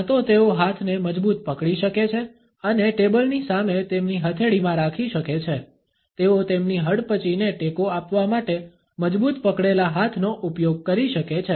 કાં તો તેઓ હાથને મજબૂત પકડી શકે છે અને ટેબલની સામે તેમની હથેળીમાં રાખી શકે છે તેઓ તેમની હડપચીને ટેકો આપવા માટે મજબૂત પકડેલા હાથનો ઉપયોગ કરી શકે છે